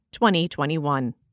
2021